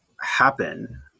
happen